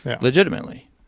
legitimately